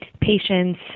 patients